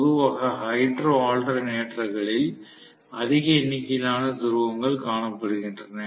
பொதுவாக ஹைட்ரோ ஆல்டர்னேட்டர்களில் அதிக எண்ணிக்கையிலான துருவங்கள் காணப்படுகின்றன